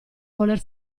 voler